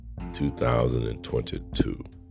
2022